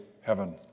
heaven